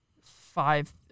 five